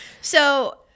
So-